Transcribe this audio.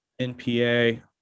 NPA